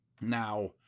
Now